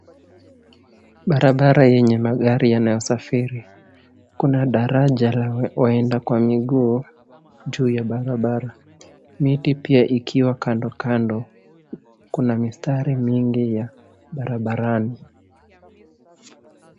Barabara yenye magari yanayosafiri. Kuna daraja la waenda kwa miguu juu ya barabara. Miti pia ikiwa kando kando. Kuna mistari mingi ya barabarani.